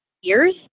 years